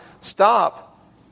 stop